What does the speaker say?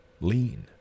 lean